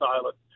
silent